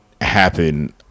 happen